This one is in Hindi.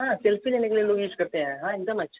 हाँ सेल्फी लेने के लिए लोग यूज़ करते हैं हाँ एकदम अच्छा